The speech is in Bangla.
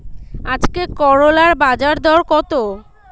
আজকে করলার বাজারদর কত?